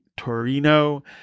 Torino